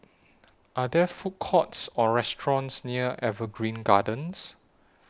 Are There Food Courts Or restaurants near Evergreen Gardens